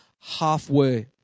halfway